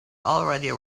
already